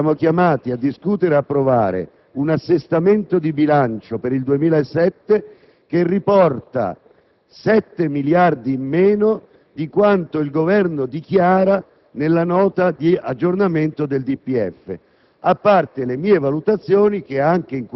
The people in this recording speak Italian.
euro. Non si capisce, quindi, perché siamo chiamati a discutere ed approvare un assestamento di bilancio per il 2007 che riporta 7 miliardi in meno di quanto il Governo dichiara nella Nota di aggiornamento del DPEF,